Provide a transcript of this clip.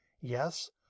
Yes